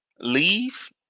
leave